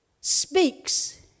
speaks